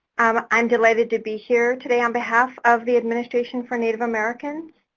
and i'm delighted to be here today on behalf of the administration for native americans.